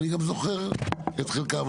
אני גם זוכר את חלקן.